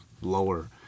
lower